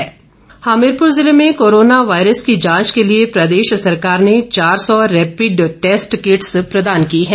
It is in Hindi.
रैपिड टेस्ट हमीरपुर जिले में कोरोना वायरस की जांच के लिए प्रदेश सरकार ने चार सौ रैपिड टैस्ट किट्स प्रदान की है